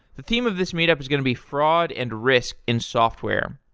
the theme of this meet up is going to be fraud and risk in software.